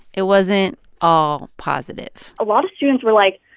it wasn't all positive a lot of students were like,